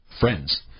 friends